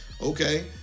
Okay